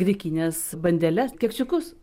grikines bandeles keksiukus